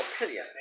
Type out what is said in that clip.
opinion